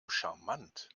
charmant